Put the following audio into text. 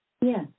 Yes